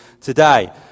today